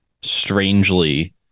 strangely